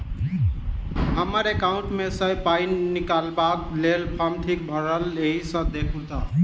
हम्मर एकाउंट मे सऽ पाई निकालबाक लेल फार्म ठीक भरल येई सँ देखू तऽ?